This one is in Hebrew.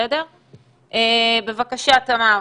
בבקשה, תמר.